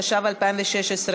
התשע"ו 2016,